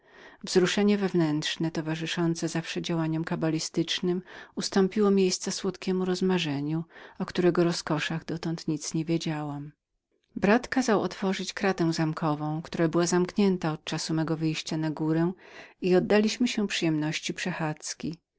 wzruszenie wewnętrzne towarzyszące zawsze działaniom kabalistycznym ustąpiło miejsca słodkiemu rozmarzeniu o którego roskoszach dotąd nic nie wiedziałam mój brat kazał otworzyć kratę zamkową która była zamkniętą od czasu mego wyjścia na górę i oddaliśmy się przyjemności przechadzki